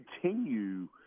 continue